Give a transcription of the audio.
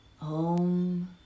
Om